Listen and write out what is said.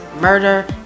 murder